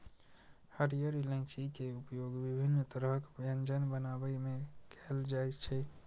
हरियर इलायची के उपयोग विभिन्न तरहक व्यंजन बनाबै मे कैल जाइ छै